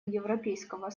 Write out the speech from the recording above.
европейского